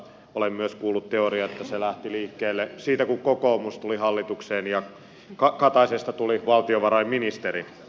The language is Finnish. olen myös kuullut teorian että se lähti liikkeelle siitä kun kokoomus tuli hallitukseen ja kataisesta tuli valtiovarainministeri